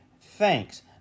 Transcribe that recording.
thanks